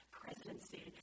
presidency